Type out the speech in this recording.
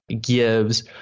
gives